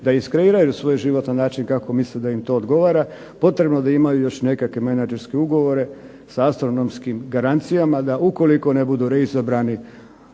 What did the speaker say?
da iskreiraju svoj život na način kako misle da im to odgovara potrebno da imaju još neke menadžerske ugovore sa astronomskim garancijama da ukoliko ne budu reizabrani